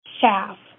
shaft